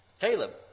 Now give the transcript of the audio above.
Caleb